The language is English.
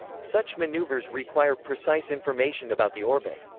such maneuvers require precise information about the orbit.